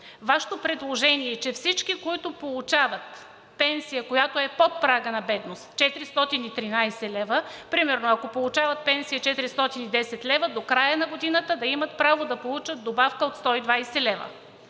Вашето предложение, че всички, които получават пенсия, която е под прага на бедност – 413 лв., примерно, ако получават пенсия 410 лв. до края на годината да имат право да получат добавка от 120 лв.